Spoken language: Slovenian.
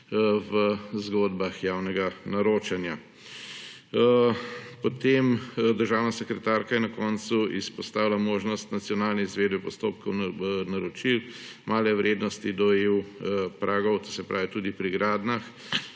v zgodbah javnega naročanja. Državna sekretarka je na koncu izpostavila možnost nacionalne izvedbe postopkov naročil male vrednosti do pragov EU, tudi pri gradnjah,